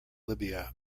libya